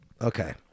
Okay